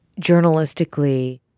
journalistically